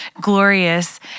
glorious